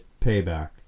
Payback